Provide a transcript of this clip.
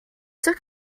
took